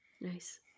Nice